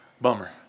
Bummer